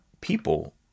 people